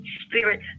spirit